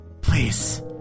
Please